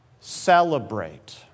celebrate